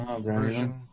version